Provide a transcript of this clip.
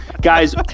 Guys